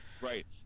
Right